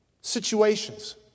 Situations